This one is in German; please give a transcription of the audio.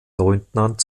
leutnant